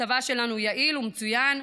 הצבא שלנו יעיל ומצוין,